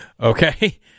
Okay